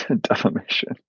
defamation